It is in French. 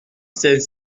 saint